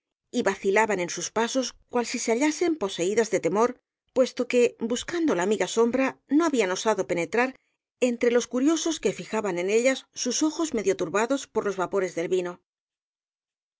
y vacilaban en sus pasos cual si se hallasen poseídas de temor puesto que buscando la amiga sombra no habían osado penetrar entre los curiosos que fijaban en ellas sus ojos medio turbados por los vapores del vino